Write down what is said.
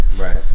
right